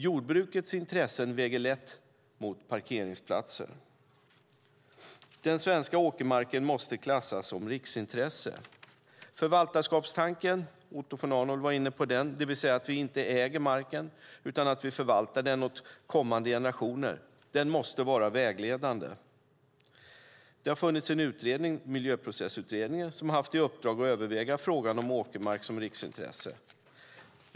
Jordbrukets intressen väger lätt mot parkeringsplatser. Den svenska åkermarken måste klassas som riksintresse. Förvaltarskapstanken - Otto von Arnold var inne på den - det vill säga att vi inte äger marken utan förvaltar den åt kommande generationer, måste vara vägledande. Det har funnits en utredning, Miljöprocessutredningen, som har haft i uppdrag att överväga frågan om åkermark som riksintresse.